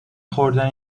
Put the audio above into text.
خوردن